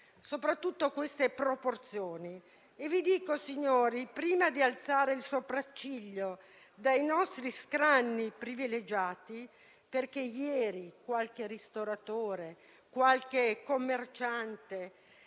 (soprattutto le proporzioni). Signori e membri del Governo, prima di alzare il sopracciglio dai nostri scranni privilegiati perché ieri qualche ristoratore e qualche commerciante